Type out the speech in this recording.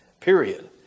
period